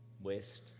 West